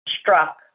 struck